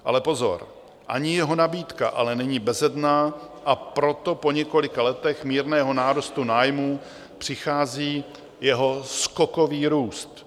Ale pozor, ani jeho nabídka není bezedná, a proto po několika letech mírného nárůstu nájmu přichází jeho skokový růst.